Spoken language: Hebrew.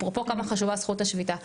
אפרופו כמה חשובה זכות השביתה.